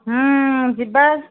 ଯିବା